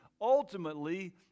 ultimately